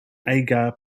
agar